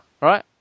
right